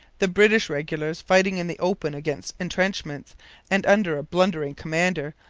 the british regulars, fighting in the open against entrenchments and under a blundering commander,